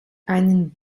einen